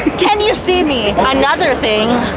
can you see me, and another thing,